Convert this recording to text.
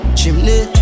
Chimney